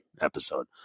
episode